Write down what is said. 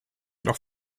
noch